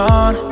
on